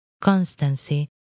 constancy